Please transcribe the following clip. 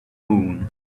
moon